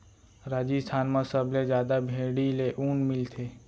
राजिस्थान म सबले जादा भेड़ी ले ऊन मिलथे